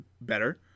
better